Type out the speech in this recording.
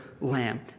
lamb